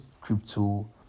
crypto